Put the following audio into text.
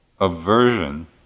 aversion